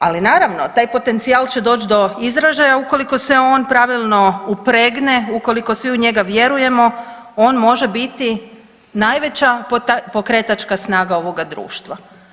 Ali naravno taj potencijal će doći do izražaja ukoliko se on pravilno upregne, ukoliko svi u njega vjerujemo on može biti najveća pokretačka snaga ovoga društva.